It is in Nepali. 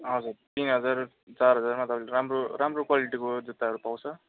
हजुर तिन हजार चार हजारमा तपाईँले राम्रो राम्रो क्वालिटीको जुत्ताहरू पाउँछ